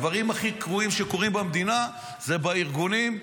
הדברים הכי גרועים שקורים במדינה זה בארגונים,